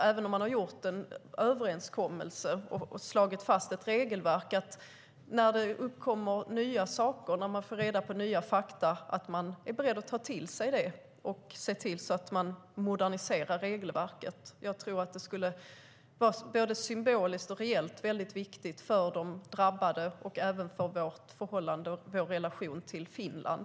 Även om man har gjort en överenskommelse och slagit fast ett regelverk är det alltid viktigt när det uppkommer nya saker och man får reda på nya fakta att man är beredd att ta till sig det och ser till att modernisera regelverket. Det skulle vara både symboliskt och reellt väldigt viktigt för de drabbade och även för vår relation till Finland.